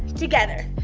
together.